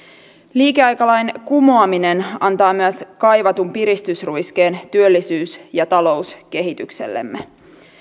liikeaikalain kumoaminen antaa myös kaivatun piristysruiskeen työllisyys ja talouskehityksellemme